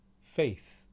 faith